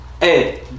Hey